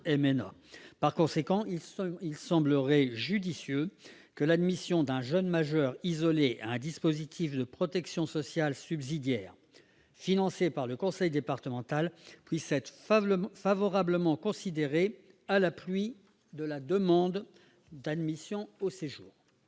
Par conséquent, il semblerait judicieux que l'admission d'un jeune majeur isolé à un dispositif de protection sociale subsidiaire financé par le conseil départemental puisse être favorablement considérée à l'appui de sa demande d'admission au séjour.